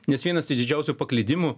nes vienas iš didžiausių paklydimų